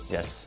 Yes